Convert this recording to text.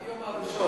מהיום הראשון.